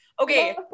okay